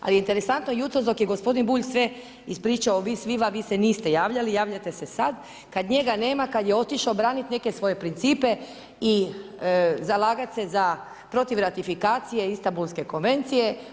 Ali je interesantno jutros dok je gospodin Bulj sve ispričao vis a viva vi ste niste javljali, javljate se sada kada njega nema kada je otišao braniti neke svoje principe i zalagati se protiv ratifikacije Istanbulske konvencije.